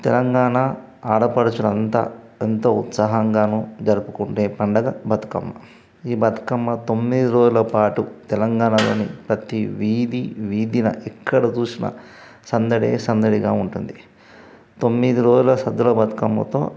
తెలంగాణ ఆడపడుచులు అంతా ఎంతో ఉత్సాహంగానూ జరుపుకునే పండుగ బతుకమ్మ ఈ బతుకమ్మ తొమ్మిది రోజుల పాటు తెలంగాణలోని ప్రతీ వీధి వీధిన ఎక్కడ చూసినా సందడే సందడిగా ఉంటుంది తొమ్మిదిరోజుల సద్దుల బతుకమ్మతో